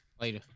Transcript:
Later